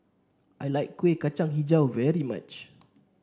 I like Kueh Kacang hijau very much